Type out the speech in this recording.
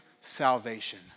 salvation